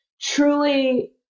truly